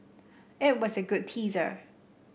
it was a good teaser